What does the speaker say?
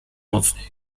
mocniej